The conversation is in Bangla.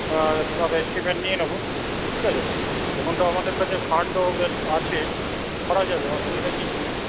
হ্যাঁ সব এস্টিমেট নিয়ে নেব ঠিক আছে এখন তো আমাদের কাছে ফান্ডও বেশ আছে করা যাবে অসুবিধা কিছু নেই